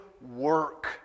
work